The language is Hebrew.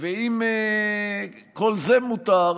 אם כל זה מותר,